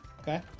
Okay